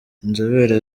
inzobere